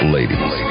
Ladies